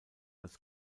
als